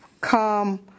come